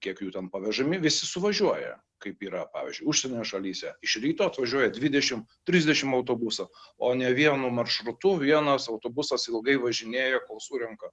kiek jų ten pavežami visi suvažiuoja kaip yra pavyzdžiui užsienio šalyse iš ryto atvažiuoja dvidešim trisdešim autobuso o ne vienu maršrutu vienas autobusas ilgai važinėja kol surenka